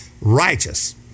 righteous